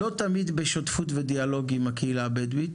לא תמיד בשותפות ובדיאלוג עם הקהילה הבדואית,